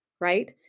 Right